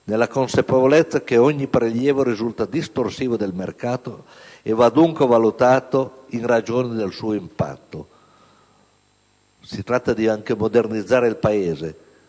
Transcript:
nella consapevolezza che ogni prelievo risulta distorsivo del mercato e va dunque valutato in ragione del suo impatto. Si tratta anche di modernizzare il Paese,